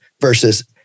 versus